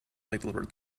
like